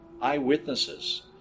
eyewitnesses